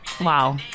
wow